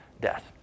death